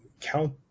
count